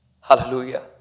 Hallelujah